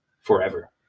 forever